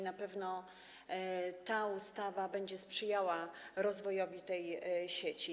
Na pewno ta ustawa będzie sprzyjała rozwojowi tej sieci.